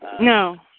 No